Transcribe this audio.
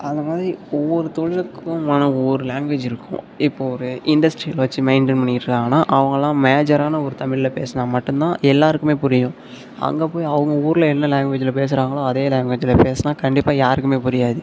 அந்தமாதிரி ஒவ்வொரு தொழிலுக்குமான ஒவ்வொரு லாங்குவேஜ் இருக்கும் இப்போது ஒரு இண்டஸ்ட்ரியல் வச்சு மெயின்டைன் பண்ணிகிட்ருக்காங்கனா அவங்கெல்லாம் மேஜரான ஒரு தமிழில் பேசுனால் மட்டும் தான் எல்லாேருக்குமே புரியும் அங்கே போய் அவங்க ஊரில் என்ன லாங்குவேஜ்ஜில் பேசுகிறாங்களோ அதே லாங்குவேஜ்ஜில் பேசுனால் கண்டிப்பாக யாருக்குமே புரியாது